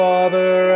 Father